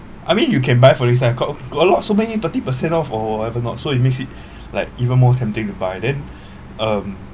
I mean you can buy for recycled got a lot so many thirty percent off or whatever not so it makes it like even more tempting to buy then um